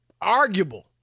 arguable